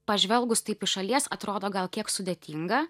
pažvelgus taip iš šalies atrodo gal kiek sudėtinga